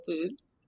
Foods